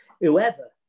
whoever